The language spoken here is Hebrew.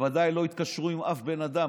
ובוודאי לא התקשרו עם אף בן אדם.